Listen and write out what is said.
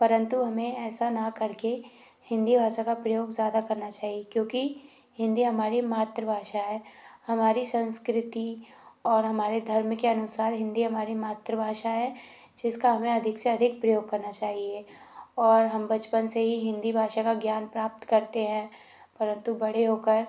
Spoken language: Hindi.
परंतु हमें ऐसा ना करके हिंदी भाषा का प्रयोग ज़्यादा करना चाहिए क्योंकि हिंदी हमारी मातृभाषा है हमारी संस्कृति और हमारे धर्म के अनुसार हिंदी हमारी मातृभाषा है जिसका हमें अधिक से अधिक प्रयोग करना चाहिए और हम बचपन से ही हिंदी भाषा का ज्ञान प्राप्त करते हैं परंतु बड़े होकर